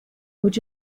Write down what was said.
would